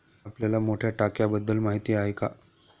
आपल्याला मोठ्या टाक्यांबद्दल माहिती आहे का?